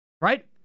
right